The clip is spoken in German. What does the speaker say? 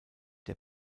der